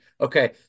okay